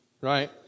right